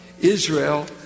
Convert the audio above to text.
Israel